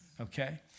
okay